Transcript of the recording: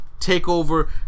Takeover